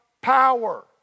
power